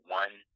one